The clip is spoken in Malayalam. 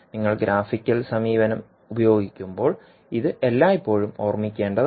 നിങ്ങൾ ഗ്രാഫിക്കൽ സമീപനം ഉപയോഗിക്കുമ്പോൾ ഇത് എല്ലായ്പ്പോഴും ഓർമ്മിക്കേണ്ടതാണ്